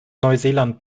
neuseeland